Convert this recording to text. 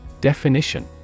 Definition